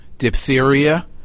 Diphtheria